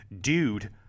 dude